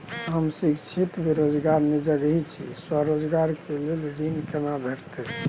हम शिक्षित बेरोजगार निजगही छी, स्वरोजगार के लेल ऋण केना भेटतै?